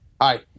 Hi